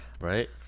right